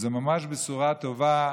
זאת ממש בשורה טובה.